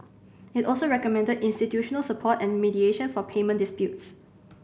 it also recommended institutional support and mediation for payment disputes